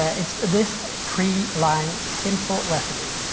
it's this three line simple recipe.